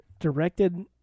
directed